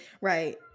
Right